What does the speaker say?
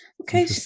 Okay